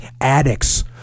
addicts